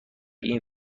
این